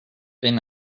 been